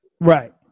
Right